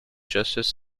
justice